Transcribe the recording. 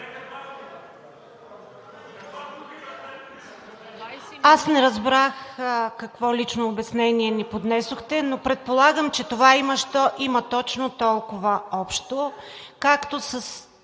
Аз не разбрах какво лично обяснение ни поднесохте, но предполагам, че има точно толкова общо, както с